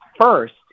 first